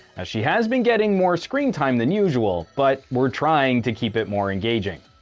she has been getting more screen time than usual, but we're trying to keep it more engaging.